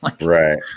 Right